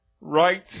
Right